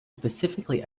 specifically